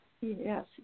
Yes